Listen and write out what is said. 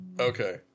Okay